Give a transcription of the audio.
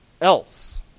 else